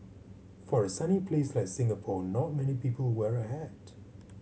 for a sunny place like Singapore not many people wear a hat